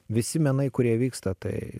visi menai kurie vyksta tai